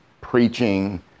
preaching